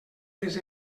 les